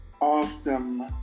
awesome